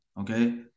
Okay